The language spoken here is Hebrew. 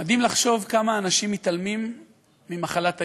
מדהים לחשוב כמה אנשים מתעלמים ממחלת ההימורים.